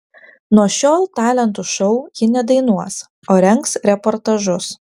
nuo šiol talentų šou ji nedainuos o rengs reportažus